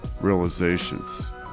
realizations